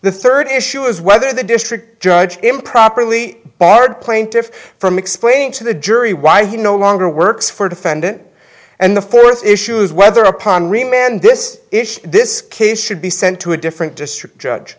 the third issue is whether the district judge improperly barred plaintiffs from explaining to the jury why he no longer works for defendant and the first issue is whether upon remand this issue this case should be sent to a different district judge